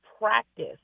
practice